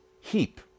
heap